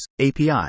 API